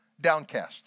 downcast